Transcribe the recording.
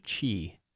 Chi